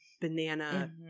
Banana